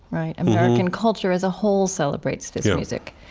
right? american culture as a whole celebrates this music.